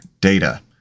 data